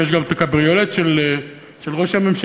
ויש גם את ה"קבריולט" של ראש הממשלה,